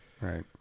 right